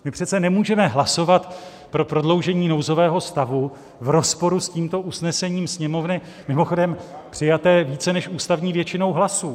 My přece nemůžeme hlasovat pro prodloužení nouzového stavu v rozporu s tímto usnesením Sněmovny, mimochodem přijatém více než ústavní většinou hlasů.